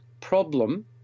Problem